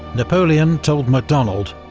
napoleon told macdonald,